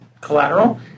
collateral